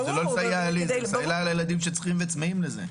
זה לא לסייע לי אלא זה לסייע לילדים שצריכים וצמאים לזה.